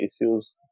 issues